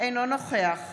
אינו נוכח